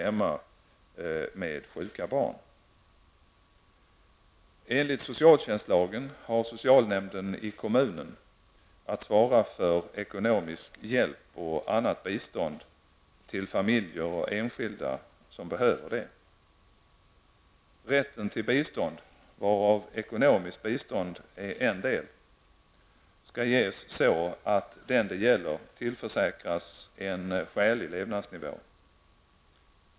Enligt socialstjänstlagen har socialnämnden i kommunen att svara för ekonomisk hjälp och annat bistånd till familjer och enskilda som behöver det. Rätten till bistånd, varav ekonomiskt bistånd är en del, skall ges så att den det gäller tillförsäkras en skälig levnadsnivå.